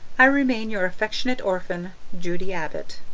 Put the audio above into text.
i remain, your affectionate orphan, judy abbott